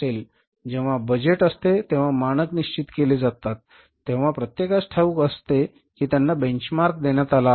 जेव्हा बजेट असते जेव्हा मानक निश्चित केले जातात तेव्हा प्रत्येकास ठाऊक असते की त्यांना बेंचमार्क देण्यात आला आहे